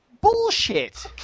Bullshit